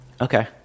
Okay